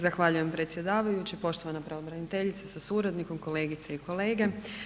Zahvaljujem predsjedavajući, poštovana pravobraniteljice sa suradnikom, kolegice i kolege.